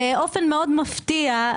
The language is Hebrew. באופן מפתיע מאוד,